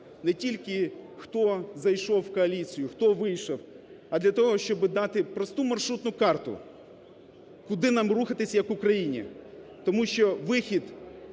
не тільки хто зайшов в коаліцію, хто вийшов, а для того, щоби дати просту маршрутну карту, куди нам рухатися як Україні. Тому що вихід